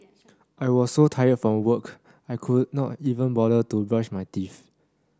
I was so tired from work I could not even bother to brush my teeth